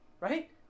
Right